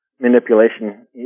Manipulation